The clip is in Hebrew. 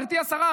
גברתי השרה,